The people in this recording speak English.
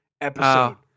episode